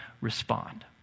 respond